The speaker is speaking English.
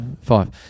Five